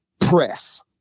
press